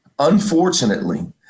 Unfortunately